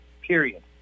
period